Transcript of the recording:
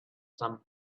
some